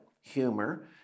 humor